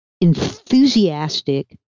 enthusiastic